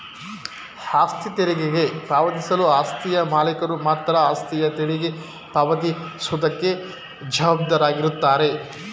ಆಸ್ತಿ ತೆರಿಗೆ ಪಾವತಿಸಲು ಆಸ್ತಿಯ ಮಾಲೀಕರು ಮಾತ್ರ ಆಸ್ತಿಯ ತೆರಿಗೆ ಪಾವತಿ ಸುವುದಕ್ಕೆ ಜವಾಬ್ದಾರಾಗಿರುತ್ತಾರೆ